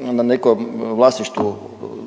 na